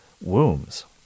wombs